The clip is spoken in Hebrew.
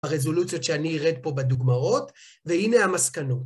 הרזולוציות שאני ארד פה בדוגמאות, והנה המסקנות.